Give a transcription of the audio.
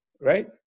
right